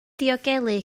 diogelu